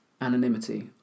anonymity